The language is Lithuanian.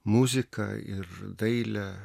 muziką ir dailę